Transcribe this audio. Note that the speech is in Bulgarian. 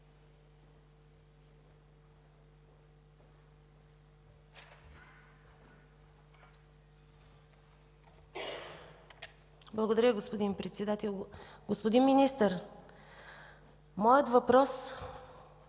Благодаря, господин Председател. Господин Министър, моят въпрос